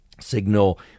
signal